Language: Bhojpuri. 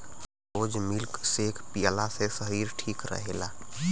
रोज मिल्क सेक पियला से शरीर ठीक रहेला